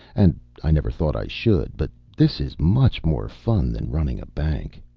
and i never thought i should, but this is much more fun than running a bank.